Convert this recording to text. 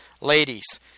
Ladies